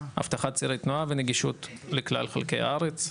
אבטחת צירי תנועה ונגישות לכלל חלקי הארץ.